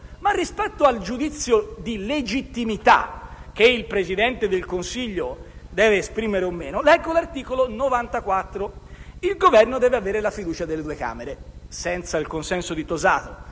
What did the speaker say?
Rispetto al giudizio di legittimità che il Presidente del Consiglio deve esprimere o meno, leggo l'articolo 94: «Il Governo deve avere la fiducia delle due Camere». Senza il consenso di Tosato,